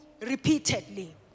repeatedly